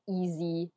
easy